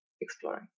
exploring